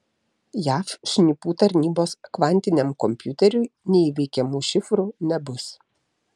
jav šnipų tarnybos kvantiniam kompiuteriui neįveikiamų šifrų nebus